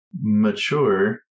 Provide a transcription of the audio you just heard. mature